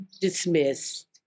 dismissed